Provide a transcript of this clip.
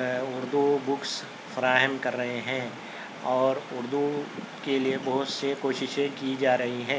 Urdu books فراہم کر رہے ہیں اور اردو کے لئے بہت سی کوششیں کی جا رہی ہیں